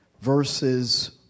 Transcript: verses